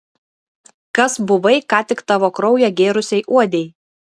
kas buvai ką tik tavo kraują gėrusiai uodei